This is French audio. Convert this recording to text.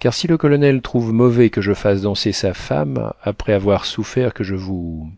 car si le colonel trouve mauvais que je fasse danser sa femme après avoir souffert que je vous